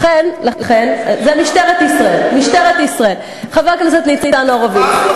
לכן, לכן, מי אמר?